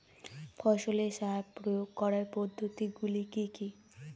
ফসলে সার প্রয়োগ করার পদ্ধতি গুলি কি কী?